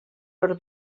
per